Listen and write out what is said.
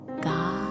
God